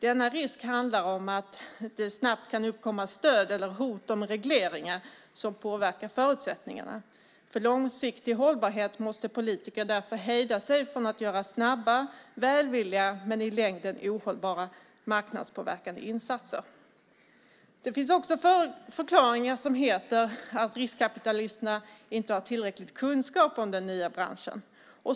Denna risk handlar om att det snabbt kan uppkomma stöd eller hot om regleringar som påverkar förutsättningarna. För långsiktig hållbarhet måste politiker därför hejda sig från att göra snabba, välvilliga men i längden ohållbara marknadspåverkande insatser. Det finns också förklaringar som går ut på att riskkapitalisterna inte har tillräcklig kunskap om den nya branschen.